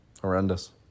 Horrendous